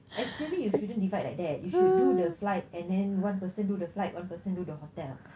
actually you shouldn't divide like that you should do the flight and then one person do the flight one person do the hotel